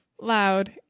loud